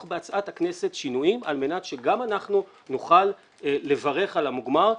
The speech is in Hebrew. בהצעת הכנסת שינויים על מנת שגם אנחנו נוכל לברך על המוגמר.